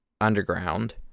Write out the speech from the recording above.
Underground